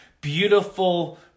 beautiful